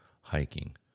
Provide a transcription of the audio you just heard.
Hiking